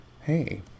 hey